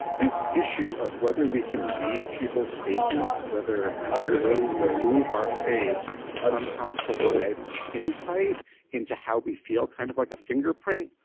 this issue of whether we can read people's faces, whether the way we move our face somehow provides insight into how we feel, kind of like a fingerprint,